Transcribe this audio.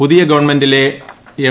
പുതിയ ഗവൺമെന്റിലെ എം